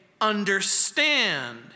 understand